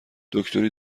دکتری